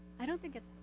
i don't think it's,